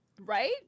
Right